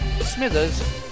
Smithers